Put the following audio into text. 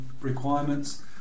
requirements